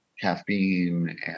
caffeine